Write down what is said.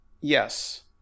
yes